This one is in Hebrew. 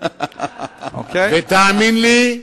ותאמין לי,